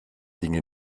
dinge